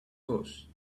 course